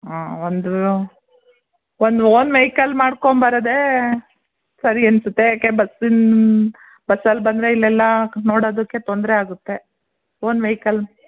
ಹಾಂ ಒಂದು ಒಂದು ಓನ್ ವೆಯ್ಕಲ್ ಮಾಡ್ಕೊಂಡ್ಬರೋದೇ ಸರಿ ಅನ್ಸುತ್ತೆ ಯಾಕೆ ಬಸ್ಸಿನ ಬಸ್ಸಲ್ಲಿ ಬಂದರೆ ಇಲ್ಲೆಲ್ಲ ನೋಡೋದಕ್ಕೆ ತೊಂದರೆ ಆಗುತ್ತೆ ಓನ್ ವೆಯ್ಕಲ್